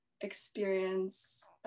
experience